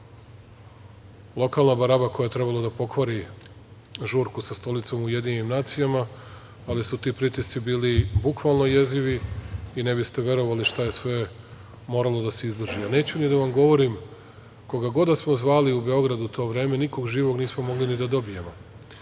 lokalna baraba koja je trebala da pokvari žurku sa Stolicom u UN, ali su ti pritisci bili bukvalno jezivi i ne biste verovali šta je sve moralo da se izdrži. Neću ni da vam govorim, koga god da smo zvali u Beogradu u to vreme, nikog živog nismo mogli ni da dobijemo,